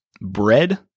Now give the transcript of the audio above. bread